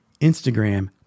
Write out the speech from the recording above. Instagram